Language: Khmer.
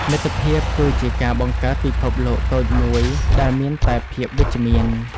មិត្តភាពគឺជាការបង្កើតពិភពលោកតូចមួយដែលមានតែភាពវិជ្ជមាន។